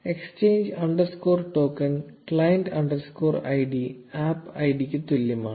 exchange underscore token client underscore ID app ഐഡിക്ക് തുല്യമാണ്